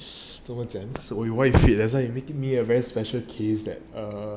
怎么讲 so why you fit that's why you making me a very special case lah err